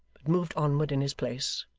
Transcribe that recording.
but moved onward in his place,